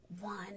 one